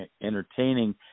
entertaining